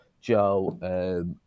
Joe